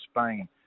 Spain